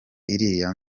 iriya